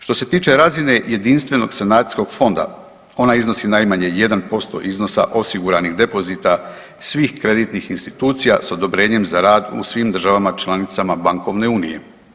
Što se tiče razine Jedinstvenog sanacijskog fonda ona iznosi najmanje 1% iznosa osiguranih depozita svih kreditnih institucija s odobrenjem za rad u svim državama članicama bankovne unije.